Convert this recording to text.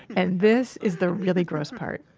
and this is the really gross part